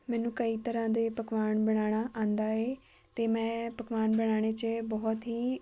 ਮੈਨੂੰ ਕਈ ਤਰ੍ਹਾਂ ਦੇ ਪਕਵਾਨ ਬਣਾਉਣਾ ਆਉਂਦਾ ਹੈ ਅਤੇ ਮੈਂ ਪਕਵਾਨ ਬਣਾਉਣ 'ਚ ਬਹੁਤ ਹੀ